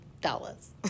dollars